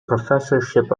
professorship